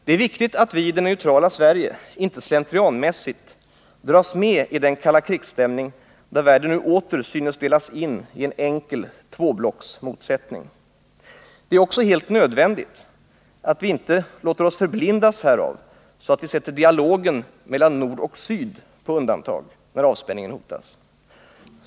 Det är viktigt att vi i det neutrala Sverige inte slentrianmässigt dras med i den kalla-krigs-stämning, där världen nu åter synes delas in i en enkel tvåblocksmotsättning. Det är också helt nödvändigt att vi inte låter oss förblindas härav, så att vi sätter dialogen mellan nord och syd på undantag när avspänningen hotas.